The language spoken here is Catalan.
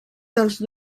dels